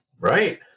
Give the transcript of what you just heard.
Right